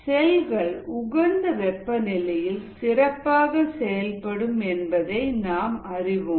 செல்கள் உகந்த வெப்பநிலையில் சிறப்பாக செயல்படும் என்பதை நாம் அறிவோம்